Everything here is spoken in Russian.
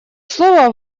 слово